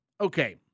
okay